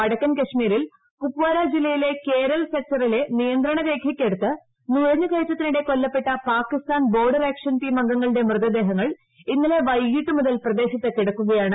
വടക്കൻ കാശ്മീരിൽ കുപ്പ്വാര ജില്ലയിലെ കേരൽ സെക്ടറിലെ നിയന്ത്രണ രേഖയ്ക്കടുത്ത് നുഴഞ്ഞു കയറ്റത്തിനിടെ കൊല്ലപ്പെട്ട പാകിസ്ഥാൻ ബോർഡർ ആക്ഷൻ ടീം അംഗങ്ങളുടെ മൃതദേഹങ്ങൾ ഇന്നലെ വൈകിട്ട് മുതൽ പ്രദേശത്ത് കിടക്കുകയാണ്